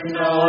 no